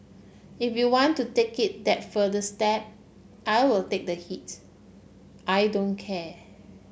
if you want to take it that further step I will take the heat I don't care